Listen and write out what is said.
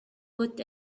got